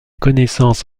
connaissances